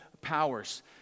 powers